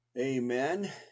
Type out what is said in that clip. Amen